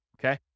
okay